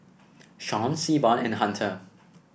Shawn Seaborn and Hunter